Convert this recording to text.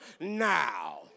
now